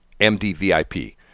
MDVIP